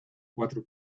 cuatro